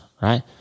right